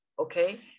Okay